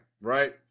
right